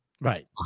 Right